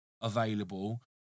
available